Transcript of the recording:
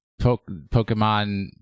Pokemon